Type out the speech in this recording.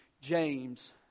james